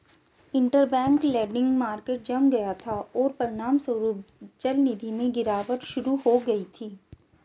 interbank lending market जम गया था, और परिणामस्वरूप चलनिधि में गिरावट शुरू हो गई थी